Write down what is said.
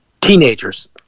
teenagers